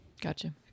Gotcha